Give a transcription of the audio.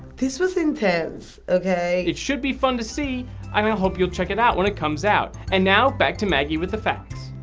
this was intense. ok. it should be fun to see, and i mean hope you'll check it out when it comes out. and now, back to maggie with the facts.